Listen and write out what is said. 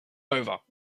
over